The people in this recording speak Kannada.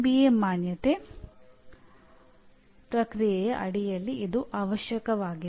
ಬಿಎ ಮಾನ್ಯತೆ ಪ್ರಕ್ರಿಯೆಯ ಅಡಿಯಲ್ಲಿ ಇದು ಅವಶ್ಯಕವಾಗಿದೆ